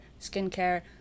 skincare